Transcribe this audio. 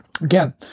again